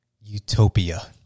utopia